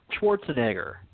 Schwarzenegger